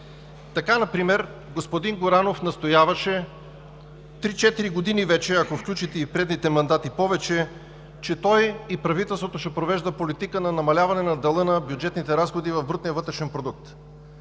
Така например господин Горанов настояваше три-четири години вече, ако включите и предните мандати, повече, че той и правителството ще провеждат политика на намаляване на дела на бюджетните разходи в брутния вътрешен продукт.